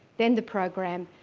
then the program,